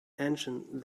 ancient